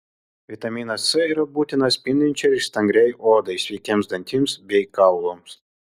vitaminas c yra būtinas spindinčiai ir stangriai odai sveikiems dantims bei kaulams